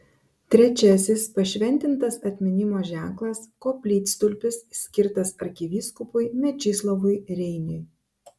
trečiasis pašventintas atminimo ženklas koplytstulpis skirtas arkivyskupui mečislovui reiniui